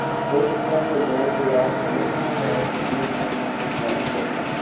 ए किसम के बेंक ल कोनो संस्था या समूह मन ह संचालित करथे